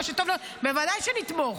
מה שטוב, בוודאי שנתמוך.